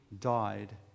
died